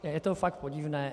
Je to fakt podivné.